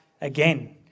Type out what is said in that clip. again